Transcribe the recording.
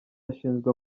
ashinjwa